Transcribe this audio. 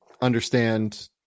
understand